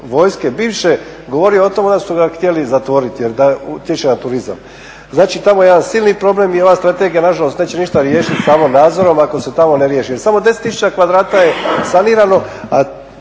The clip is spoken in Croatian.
vojske bivše govorio o tome onda su ga htjeli zatvoriti jer utječe na turizam. znači tamo je jedan silni problem i ova strategija nažalost neće ništa riješiti samo nadzorom ako se tamo ne riješi jel samo 10 tisuća kvadrata je sanirano,